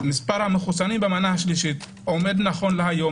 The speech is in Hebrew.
ומספר המחוסנים במנה השלישית עומד נכון להיום